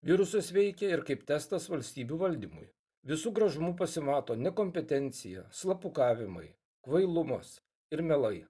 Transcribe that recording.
virusus veikia ir kaip testas valstybių valdymui visu gražumu pasimato nekompetencija slapukavimai kvailumas ir melai